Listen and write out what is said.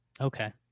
Okay